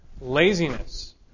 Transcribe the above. laziness